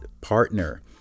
partner